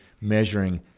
measuring